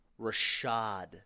Rashad